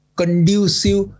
conducive